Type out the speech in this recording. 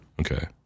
Okay